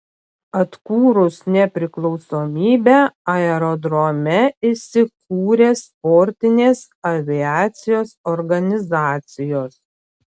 atkūrus nepriklausomybę aerodrome įsikūrė sportinės aviacijos organizacijos